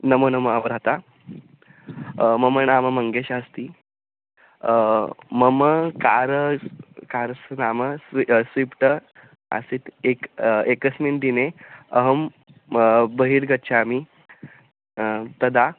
नमोनमः भ्राता मम नाम मङ्गेशः अस्ति मम कार कारस्य नाम स्वि स्विफ़्ट् आसीत् एक् एकस्मिन् दिने अहं बहिर्गच्छामि तदा